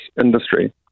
industry